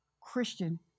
Christian